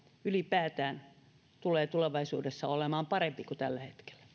ylipäätään olisivat tulevaisuudessa parempia kuin tällä